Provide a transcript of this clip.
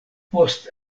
post